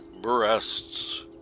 breasts